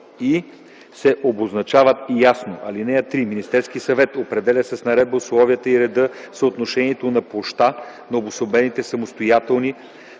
и се обозначават ясно. (3) Министерският съвет определя с наредба условията и реда, съотношението на площта на обособените самостоятелни